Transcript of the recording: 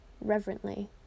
reverently